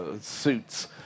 suits